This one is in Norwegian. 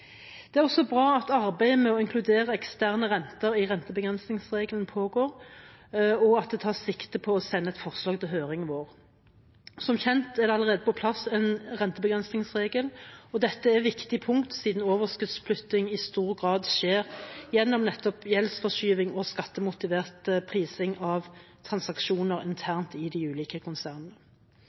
Det er også bra at arbeidet med å inkludere eksterne renter i rentebegrensningsregelen pågår, og at det tas sikte på å sende et forslag til høring i vår. Som kjent er det allerede på plass en rentebegrensningsregel, og dette er et viktig punkt siden overskuddsflytting i stor grad skjer gjennom nettopp gjeldsforskyvning og skattemotivert prising av transaksjoner internt i de ulike konsernene.